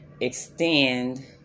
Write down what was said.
extend